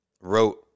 wrote